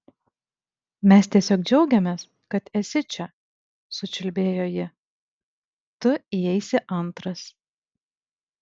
mes tiesiog džiaugiamės kad esi čia sučiulbėjo ji tu įeisi antras